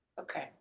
Okay